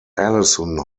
allison